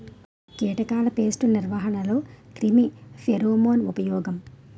కీటకాల పేస్ట్ నిర్వహణలో క్రిమి ఫెరోమోన్ ఉపయోగం